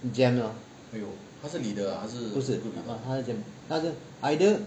jam lor 不是 but 她就 jam 她就 either